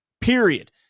period